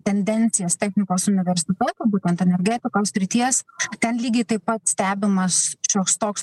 tendencijas technikos universitetų būtent energetikos srities ten lygiai taip pat stebimas šioks toks